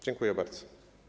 Dziękuję bardzo.